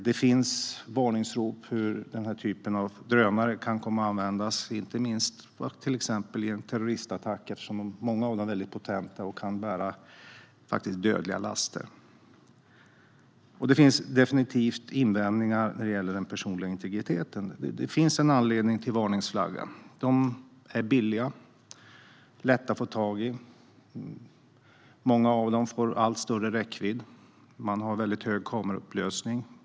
Det finns varningsrop angående hur den här typen av drönare kan komma att användas vid exempelvis en terroristattack, eftersom många av dem är väldigt potenta och kan bära dödliga laster. Det finns definitivt invändningar när det gäller den personliga integriteten. Det finns en anledning till varningsflaggan. Drönare är billiga och lätta att få tag på. Många av dem får allt större räckvidd, och kameraupplösningen är väldigt hög.